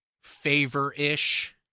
favor-ish